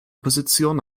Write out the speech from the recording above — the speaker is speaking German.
position